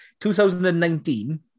2019